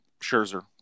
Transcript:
Scherzer